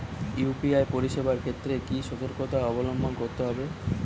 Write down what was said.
UPI পরিসেবার ক্ষেত্রে কি সতর্কতা অবলম্বন করতে হবে?